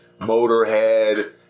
Motorhead